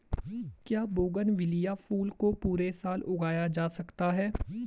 क्या बोगनविलिया फूल को पूरे साल उगाया जा सकता है?